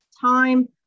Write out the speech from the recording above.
time